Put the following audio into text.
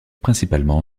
principalement